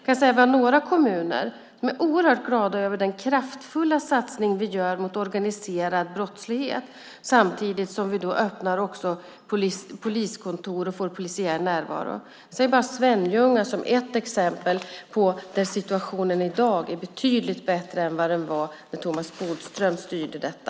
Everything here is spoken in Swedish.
Det finns några kommuner som är oerhört glada för den kraftfulla satsning som vi gör mot organiserad brottslighet samtidigt som vi öppnar poliskontor och får polisiär närvaro. Jag kan ta Svenljunga som ett exempel på där situationen i dag är betydligt bättre än vad den var när Thomas Bodström styrde detta.